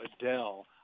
Adele